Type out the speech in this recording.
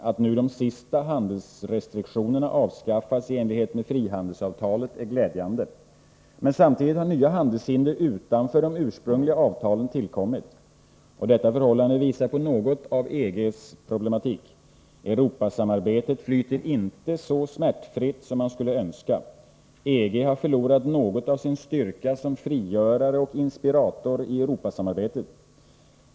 Att nu de sista handelsrestriktionerna avskaffats i enlighet med frihandelsavtalet är glädjande. Men samtidigt har nya handelshinder utanför de ursprungliga avtalen tillkommit. Detta förhållande visar på något av EG:s problematik. Europasamarbetet flyter inte så smärtfritt som man skulle önska. EG har förlorat något av sin styrka som frigörare och inspirator i Europasamarbetet.